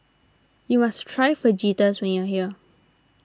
you must try Fajitas when you are here